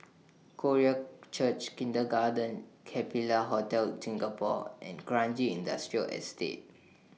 Korean Church Kindergarten Capella Hotel Singapore and Kranji Industrial Estate